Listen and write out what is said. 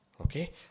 Okay